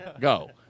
Go